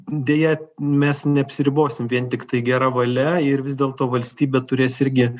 deja mes neapsiribosim vien tiktai gera valia ir vis dėlto valstybė turės irgi